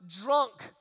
drunk